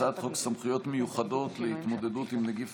הצעת חוק סמכויות מיוחדות להתמודדות עם נגיף